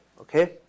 Okay